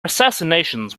assassinations